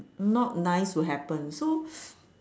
not nice would happen so